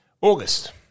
August